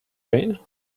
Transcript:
rain